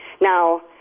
Now